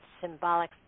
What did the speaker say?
symbolic